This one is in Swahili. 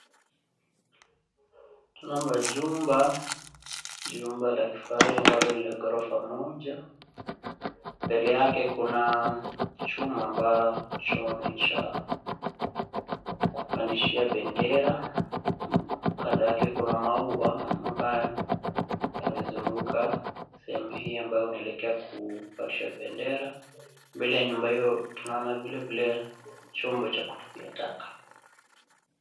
Tunaona jumba, jumba la kifahari ambalo ni la ghorofa moja, mbele yake kuna chuma ambacho ni cha kupandishia bendera, kando yake kuna maua ambayo yamezunguka sehemu hiyo ambayo unaelekea kupandisha bendera, mbele ya nyumba hiyo tunaona vilevile chombo cha kutupia taka.